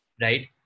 right